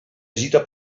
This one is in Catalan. agita